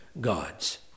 gods